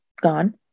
gone